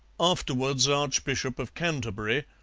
afterwards archbishop of canterbury,